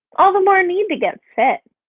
all the more need to get fit.